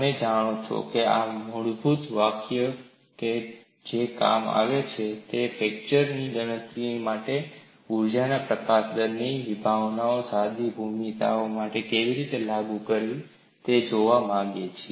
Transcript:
તમે જાણો છો કે આ મૂળભૂત વાકયઓ છે જે કામ આવે છે જ્યારે આપણે ફ્રેકચરની ગણતરી માટે ઊર્જા પ્રકાશન દરની વિભાવનાને સાદી ભૂમિતિ માટે કેવી રીતે લાગુ કરવી તે જોવા માંગીએ છીએ